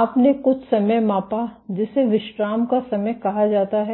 आपने कुछ समय मापा जिसे विश्राम का समय कहा जाता है